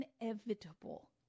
inevitable